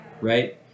right